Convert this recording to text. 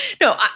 No